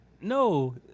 no